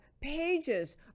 pages